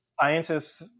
Scientists